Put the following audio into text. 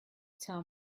tell